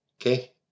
Okay